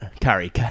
carry